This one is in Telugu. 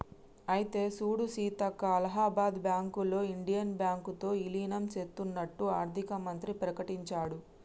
అయితే సూడు సీతక్క అలహాబాద్ బ్యాంకులో ఇండియన్ బ్యాంకు తో ఇలీనం సేత్తన్నట్టు ఆర్థిక మంత్రి ప్రకటించాడు